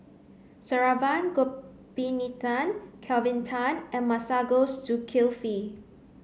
Saravanan Gopinathan Kelvin Tan and Masagos Zulkifli